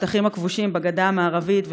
בשטחים הכבושים בגדה המערבית,